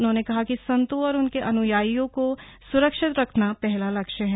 उन्होंने कहा कि संतों और उनके अन्यायियों को स्रक्षित रखना पहला लक्ष्य है